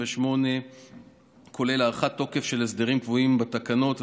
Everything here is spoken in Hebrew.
38 כולל הארכת תוקף של הסדרים קבועים בתקנות,